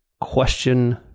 question